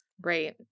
Right